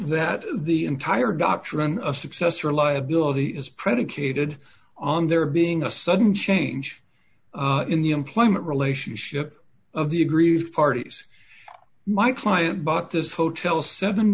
that the entire doctrine a successor liability is predicated on there being a sudden change in the employment relationship of the aggrieved parties my client but this hotel seven